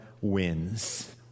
Wins